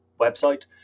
website